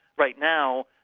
right now,